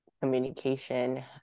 communication